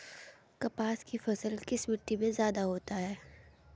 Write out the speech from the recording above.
कपास की फसल किस मिट्टी में ज्यादा होता है?